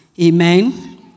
Amen